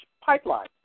Pipeline